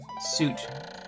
suit